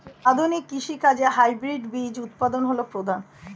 আধুনিক কৃষি কাজে হাইব্রিড বীজ উৎপাদন হল প্রধান